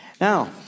Now